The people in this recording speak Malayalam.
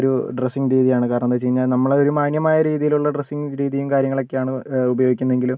ഒരു ഡ്രസ്സിംഗ് രീതിയാണ് കാരണമെന്ന് വെച്ച് കഴിഞ്ഞാൽ നമ്മുടെ ഒരു മാന്യമായ രീതിയിലുള്ള ഡ്രസ്സിംഗ് രീതിയും കാര്യങ്ങളൊക്കെയാണ് ഉപയോഗിക്കുന്നതെങ്കിലും